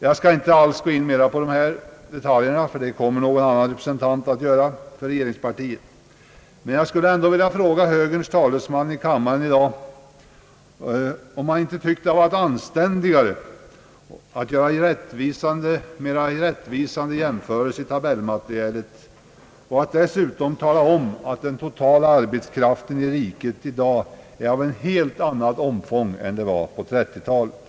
Jag skall inte närmare gå in på dessa detaljer, ty det kommer någon annan representant för regeringspartiet att göra, men jag skulle ändå vilja fråga högerns talesman i kammaren i dag, om han inte tycker att det hade varit anständigare att göra mera rättvisande jämförelser i tabellmaterialet och att dessutom tala om att den totala arbetskraften i riket i dag är av helt annat omfång än på 1930-talet.